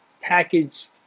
packaged